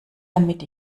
damit